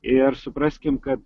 ir supraskim kad